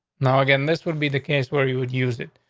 now again, this would be the case where you would use it.